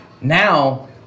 now